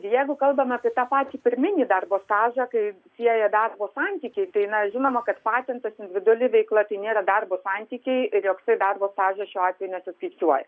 jeigu kalbame apie tą patį pirminį darbo stažą kai sieja darbo santykiais tai na žinoma kad patentas individuali veikla tai nėra darbo santykiai ir joksai darbo stažas šiuo atveju nesiskaičiuoja